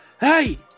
Hey